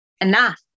enough